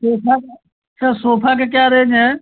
sofa sir sofa का क्या range है